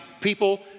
people